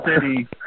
City